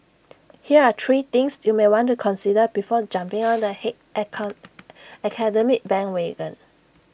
here are three things you may want to consider before jumping on the hate icon academic bandwagon